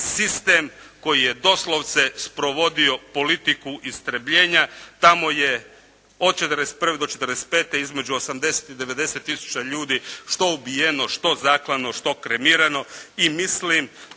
sistem koji je doslovce sprovodio politiku istrebljenja. Tamo je od '41 do '45. između 80 i 90000 ljudi što ubijeno, što zaklano, što kremirano i mislim